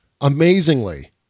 amazingly